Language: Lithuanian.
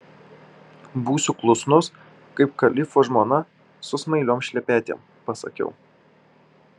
būsiu klusnus kaip kalifo žmona su smailiom šlepetėm pasakiau